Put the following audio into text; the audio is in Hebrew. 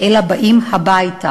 אלא באים הביתה,